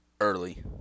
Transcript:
Early